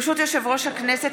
ברשות יושב-ראש הכנסת,